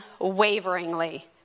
unwaveringly